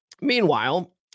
Meanwhile